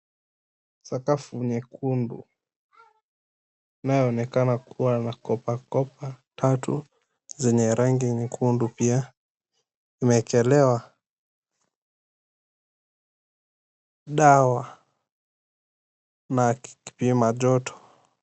Sakafu nyekundu. Inayonekana kuwa na kopakopa tatu zenye rangi nyekundu pia. Imwekelewa dawa na kipima joto.